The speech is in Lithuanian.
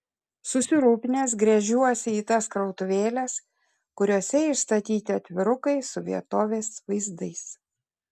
susirūpinęs gręžiuosi į tas krautuvėles kuriose išstatyti atvirukai su vietovės vaizdais